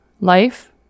Life